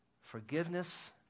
forgiveness